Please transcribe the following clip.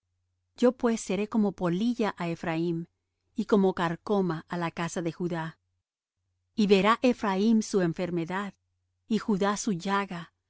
yo pues seré como polilla á ephraim y como carcoma á la casa de judá y verá ephraim su enfermedad y judá su llaga